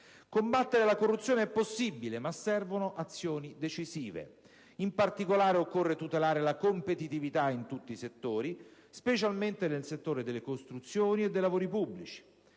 Combattere la corruzione è possibile ma servono azioni decisive. In particolare, occorre tutelare la competitività in tutti i settori, specialmente nel settore delle costruzioni e dei lavori pubblici.